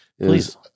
please